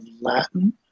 Latin